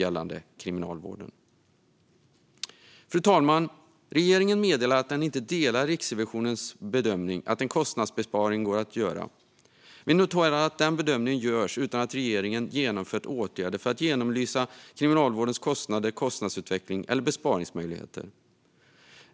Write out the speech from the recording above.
Fru talman! Regeringen meddelar att den inte delar Riksrevisionens bedömning att en kostnadsbesparing går att göra. Vi noterar att denna bedömning görs utan att regeringen genomfört åtgärder för att genomlysa Kriminalvårdens kostnader, kostnadsutveckling eller besparingsmöjligheter.